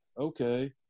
okay